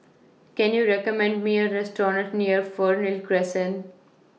Can YOU recommend Me A Restaurant near Fernhill Crescent